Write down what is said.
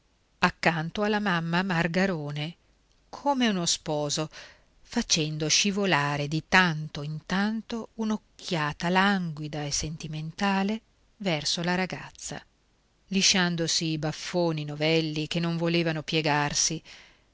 accanto alla mamma margarone come uno sposo facendo scivolare di tanto in tanto un'occhiata languida e sentimentale verso la ragazza lisciandosi i baffoni novelli che non volevano piegarsi